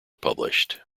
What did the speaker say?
published